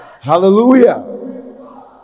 Hallelujah